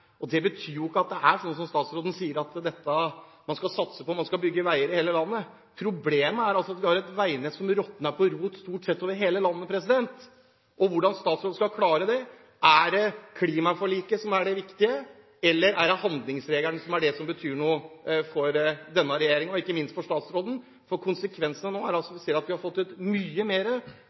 veibevilgningene. Det betyr jo ikke at det er sånn som statsråden sier, at man skal satse på å bygge veier i hele landet. Problemet er at vi har et veinett som råtner på rot stort sett over hele landet. Hvordan skal statsråden klare det? Er det klimaforliket som er det viktige, eller er det handlingsregelen som er det som betyr noe for denne regjeringen – og ikke minst for statsråden? Konsekvensene nå er at vi har fått et mye